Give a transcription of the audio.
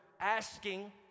asking